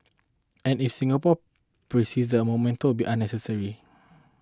and if Singapore persists then a monument will be unnecessary